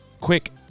Quick